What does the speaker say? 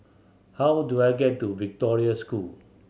how do I get to Victoria School